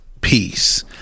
peace